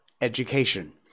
education